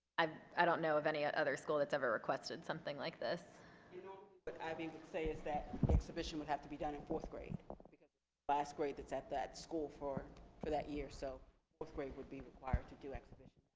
i i don't know of any ah other school that's ever requested something like this what ib would say is that exhibition would have to be done in fourth grade because it's the last grade that's at that school for for that year so fourth grade would be required to do exhibition